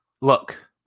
look